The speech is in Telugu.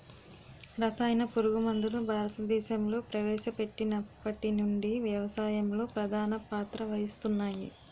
రసాయన పురుగుమందులు భారతదేశంలో ప్రవేశపెట్టినప్పటి నుండి వ్యవసాయంలో ప్రధాన పాత్ర వహిస్తున్నాయి